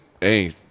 hey